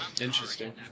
Interesting